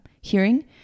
hearing